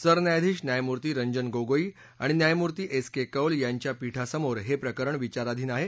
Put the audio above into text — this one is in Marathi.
सरन्यायाधीश न्यायमूर्ती रंजन गोगोई आणि न्यायमूर्ती एस के कौल यांच्या पीठासमोर हे प्रकरण विचाराधीन आहे